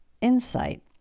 insight